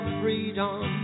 freedom